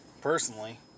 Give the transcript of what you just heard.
Personally